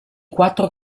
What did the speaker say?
quattro